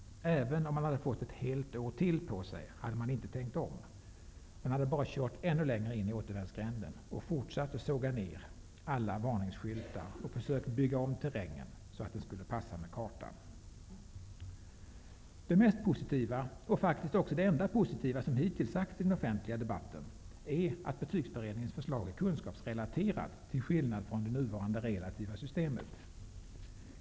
Även om man hade fått ett helt år till på sig hade man inte tänkt om. Man hade bara kört ännu längre in i återvändsgränden, fortsatt att såga ner alla varningsskyltar och försökt bygga om terrängen så att den skulle passa med dess karta. Det mest positiva, och faktiskt också det enda positiva som hittills sagts i den offentliga debatten, är att betygsberedningens förslag är kunskapsrelaterat, till skillnad från det nuvarande relativa systemet.